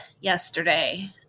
yesterday